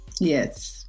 yes